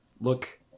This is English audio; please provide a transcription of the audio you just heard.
look